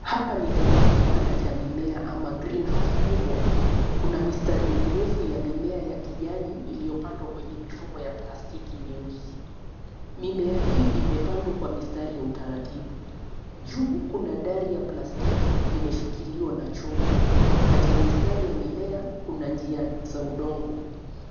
Hapa ni ndani ya kibanda cha mimea ama greenhouse kubwa. Kuna mistari mirefu ya mimea ya kijani iliyopandwa kwenye mifumo ya plastiki nyeusi. Mimea hii imepandwa kwa mistari ya utaratibu. Juu kuna dari ya plastiki limeshikiliwa na chuma. Kati ya mistari ya mimea kuna njia za udongo.